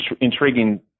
intriguing